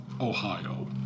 Ohio